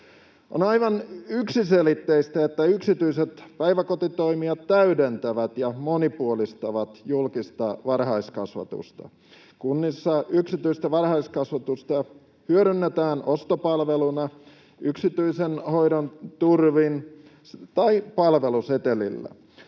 On aivan yksiselitteistä, että yksityiset päiväkotitoimijat täydentävät ja monipuolistavat julkista varhaiskasvatusta. Kunnissa yksityistä varhaiskasvatusta hyödynnetään ostopalveluna yksityisen hoidon turvin tai palvelusetelillä.